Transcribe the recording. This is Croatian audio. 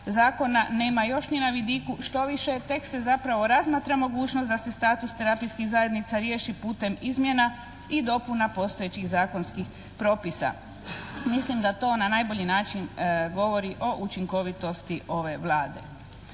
zakona nema još ni na vidiku, štoviše tek se zapravo razmatra mogućnost da se status terapijskih zajednica riješi putem izmjena i dopuna postojećih zakonskih propisa. Mislim da to na najbolji način govori o učinkovitosti ove Vlade.